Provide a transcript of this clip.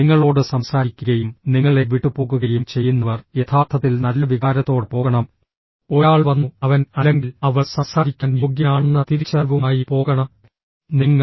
നിങ്ങളോട് സംസാരിക്കുകയും നിങ്ങളെ വിട്ടുപോകുകയും ചെയ്യുന്നവർ യഥാർത്ഥത്തിൽ നല്ല വികാരത്തോടെ പോകണം ഒരാൾ വന്നു അവൻ അല്ലെങ്കിൽ അവൾ സംസാരിക്കാൻ യോഗ്യനാണെന്ന തിരിച്ചറിവുമായി പോകണം നിങ്ങൾ